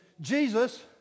Jesus